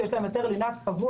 שיש להם היתר לינה קבוע,